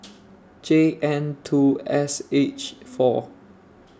J N two S H four